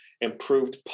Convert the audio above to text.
improved